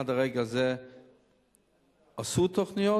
עד לרגע זה עשו תוכניות,